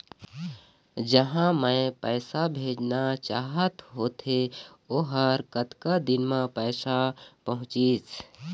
जहां मैं पैसा भेजना चाहत होथे ओहर कतका दिन मा पैसा पहुंचिस?